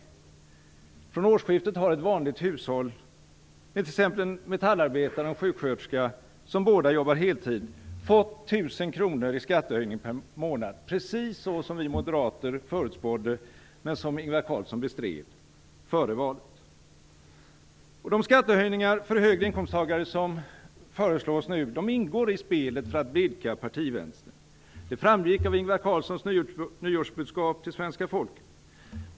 Men från årsskiftet har ett vanligt hushåll, med t.ex. en metallarbetare och en sjuksköterska som båda jobbar heltid, fått en skattehöjning med 1 000 kronor per månad. Det är precis vad vi moderater förutspådde, men detta bestred Ingvar Carlsson före valet. De skattehöjningar som nu föreslås för högre inkomsttagare ingår i spelet för att blidka partivänstern. Det framgick av Ingvar Carlssons nyårsbudskap till svenska folket.